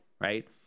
Right